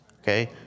okay